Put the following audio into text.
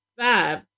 Five